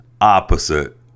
opposite